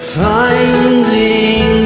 finding